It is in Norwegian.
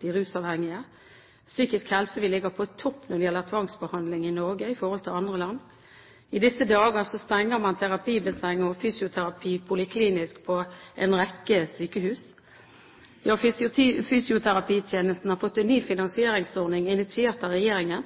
de rusavhengige, selv. Psykisk helse: Vi ligger på topp når det gjelder tvangsbehandling i Norge i forhold til andre land. I disse dager stenger man terapibassenger og fysioterapi poliklinisk på en rekke sykehus. Fysioterapitjenestene har fått en ny finansieringsordning initiert av regjeringen,